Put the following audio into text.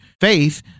faith